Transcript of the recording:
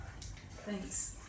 Thanks